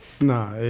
Nah